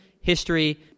history